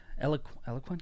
Eloquent